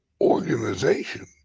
organization